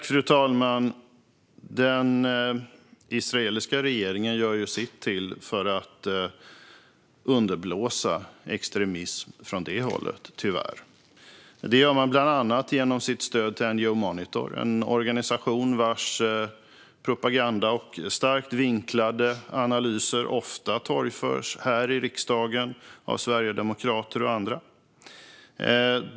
Fru talman! Den israeliska regeringen gör ju sitt till för att underblåsa extremism från det hållet, tyvärr. Det gör man bland annat genom sitt stöd till NGO Monitor. Det är en organisation som med sina starkt vinklade analyser ofta torgförs här i riksdagen av Sverigedemokrater och andra.